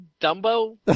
Dumbo